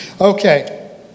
Okay